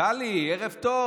טלי, ערב טוב.